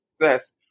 success